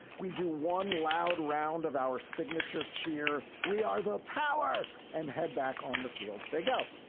we do one loud round of our signature cheer. we are the power and head back on the field. they go.